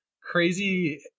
crazy